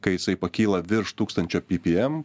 kai jisai pakyla virš tūkstančio ppm